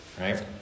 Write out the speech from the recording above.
right